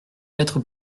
lettre